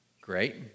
Great